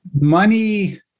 money